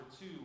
two